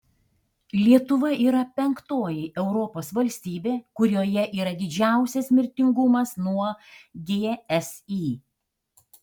lietuva yra penktoji europos valstybė kurioje yra didžiausias mirtingumas nuo gsi